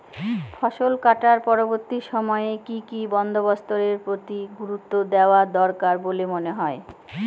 ফসলকাটার পরবর্তী সময়ে কি কি বন্দোবস্তের প্রতি গুরুত্ব দেওয়া দরকার বলে মনে হয়?